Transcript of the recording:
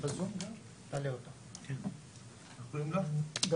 אנחנו רוצים התייחסות